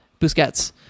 Busquets